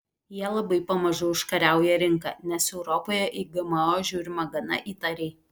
jie labai pamažu užkariauja rinką nes europoje į gmo žiūrima gana įtariai